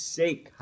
sake